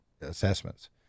assessments